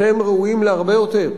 אתם ראויים להרבה יותר,